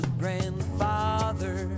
grandfather